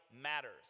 matters